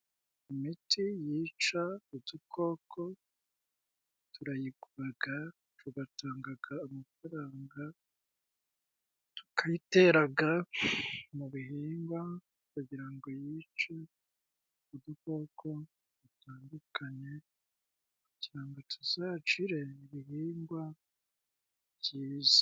Imiti yica udukoko turayiguraga tugatangaga amafaranga, tukayiteraga mu bihingwa kugira ngo yice udukoko dutandukanye, cyangwa tuzacire ibihingwa byiza.